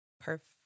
perfect